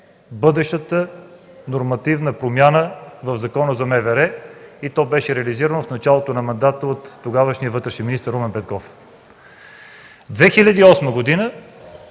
бъдещата нормативна промяна в Закона за МВР и беше реализирана в началото на мандата от тогавашния вътрешен министър Румен Петков. През 2008